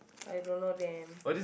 I don't know them